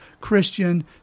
Christian